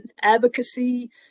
advocacy